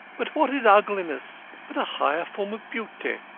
but what is ugliness but a higher form of beauty?